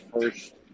first